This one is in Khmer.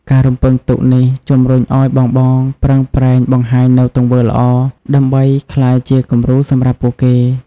ការរំពឹងទុកនេះជំរុញឱ្យបងៗប្រឹងប្រែងបង្ហាញនូវទង្វើល្អ ដើម្បីក្លាយជាគំរូសម្រាប់ពួកគេ។